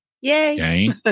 yay